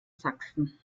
sachsen